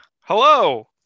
Hello